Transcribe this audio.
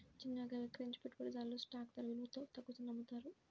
చిన్నవిగా విక్రయించే పెట్టుబడిదారులు స్టాక్ ధర విలువలో తగ్గుతుందని నమ్ముతారు